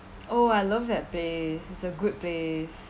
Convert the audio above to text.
oh I love that place it's a good place